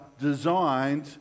designed